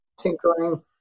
tinkering